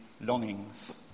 longings